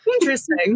Interesting